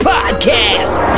Podcast